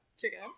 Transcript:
Chicken